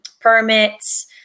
permits